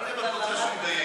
לא יודע אם את רוצה שהוא ידייק,